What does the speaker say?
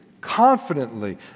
confidently